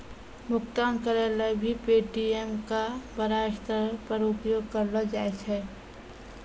भुगतान करय ल भी पे.टी.एम का बड़ा स्तर पर उपयोग करलो जाय छै